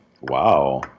Wow